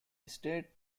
state